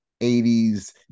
80s